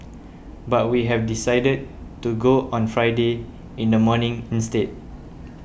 but we have decided to go on Friday in the morning instead